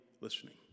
listening